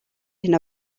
hyn